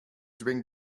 drink